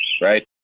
right